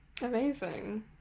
Amazing